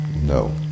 No